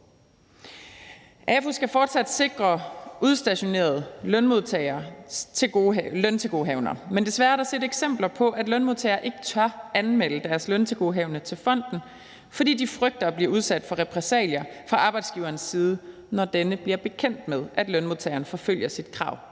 AFU skal fortsat sikre udstationerede lønmodtageres løntilgodehavender, men desværre er der set eksempler på, at lønmodtagere ikke tør anmelde deres løntilgodehavende til fonden, fordi de frygter at blive udsat for repressalier fra arbejdsgiverens side, når denne bliver bekendt med, at lønmodtageren forfølger sit krav